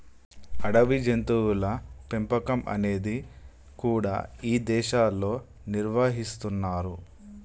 అడవి జంతువుల పెంపకం అనేది కూడా ఇదేశాల్లో నిర్వహిస్తున్నరు